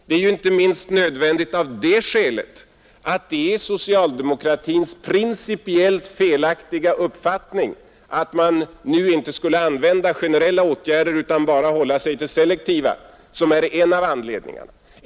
Det är ju nödvändigt inte minst av det skälet att socialdemokratins principiellt felaktiga uppfattning att man nu inte skulle använda generella åtgärder utan bara hålla sig till selektiva är en av anledningarna.